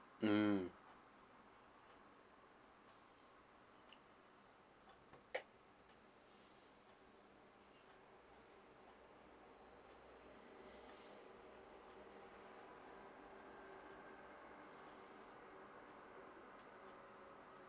mm